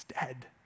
dead